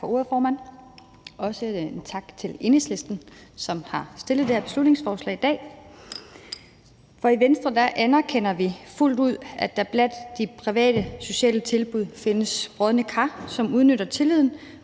Tak for ordet, formand. Også en tak til Enhedslisten, som har fremsat det her beslutningsforslag i dag. I Venstre anerkender vi fuldt ud, at der blandt de private sociale tilbud findes brodne kar, som udnytter tilliden